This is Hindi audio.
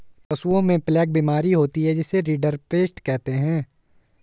पशुओं में प्लेग बीमारी होती है जिसे रिंडरपेस्ट कहते हैं